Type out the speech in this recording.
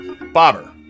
Bobber